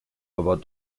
about